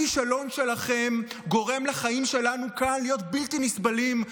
הכישלון שלכם גורם לחיים שלנו כאן להיות בלתי נסבלים,